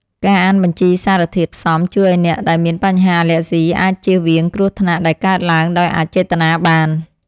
ការអានបញ្ជីសារធាតុផ្សំជួយឱ្យអ្នកដែលមានបញ្ហាអាឡែហ្ស៊ីអាចចៀសវាងគ្រោះថ្នាក់ដែលកើតឡើងដោយអចេតនាបាន។